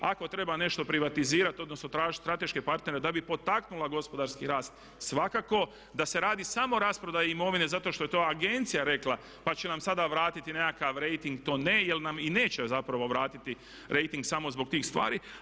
Ako treba nešto privatizirati odnosno tražiti strateške partnere da bi potaknula gospodarski rast svakako da se radi samo rasprodaja imovine zato što je to agencija rekla pa će nam sada vratiti nekakav rejting to ne, jer nam i neće zapravo vratiti rejting samo zbog tih stvari.